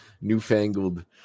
newfangled